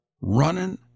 running